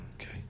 Okay